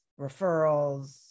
referrals